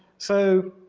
so